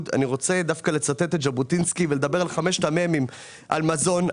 ואני רוצה לצטט את ז'בוטינסקי ולדבר על חמשת המ"מים: מזון,